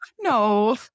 no